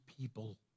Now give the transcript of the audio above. people